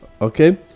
Okay